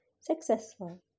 successful